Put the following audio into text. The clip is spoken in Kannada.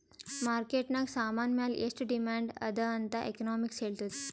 ಮಾರ್ಕೆಟ್ ನಾಗ್ ಸಾಮಾನ್ ಮ್ಯಾಲ ಎಷ್ಟು ಡಿಮ್ಯಾಂಡ್ ಅದಾ ಅಂತ್ ಎಕನಾಮಿಕ್ಸ್ ಹೆಳ್ತುದ್